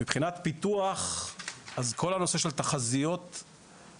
מבחינת פיתוח, אז כל הנושא של תחזיות הביקוש,